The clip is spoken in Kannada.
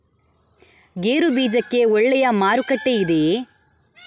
ಗೇರು ಬೀಜಕ್ಕೆ ಒಳ್ಳೆಯ ಮಾರುಕಟ್ಟೆ ಇದೆಯೇ?